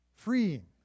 Freeing